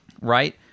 Right